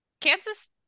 Kansas